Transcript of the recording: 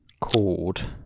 called